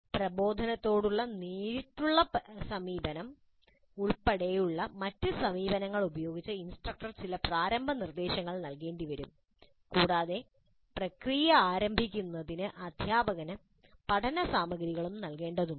പ്രബോധനത്തോടുള്ള നേരിട്ടുള്ള സമീപനം ഉൾപ്പെടെയുള്ള മറ്റ് സമീപനങ്ങൾ ഉപയോഗിച്ച് ഇൻസ്ട്രക്ടർ ചില പ്രാരംഭ നിർദ്ദേശങ്ങൾ നൽകേണ്ടിവരും കൂടാതെ പ്രക്രിയ ആരംഭിക്കുന്നതിന് അധ്യാപകന് പഠന സാമഗ്രികളും നൽകേണ്ടതുണ്ട്